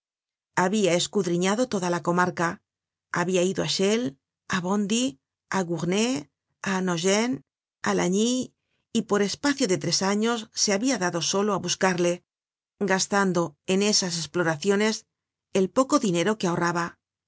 habia escudriñado toda la comarca habia ido á chelles á bondy á gournay á nogent á lagny y por espacio de tres años se habia dado solo á buscarle gastando en estas esploraciones el poco di ñero que ahorraba